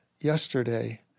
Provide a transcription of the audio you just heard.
yesterday